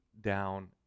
down